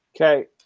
Okay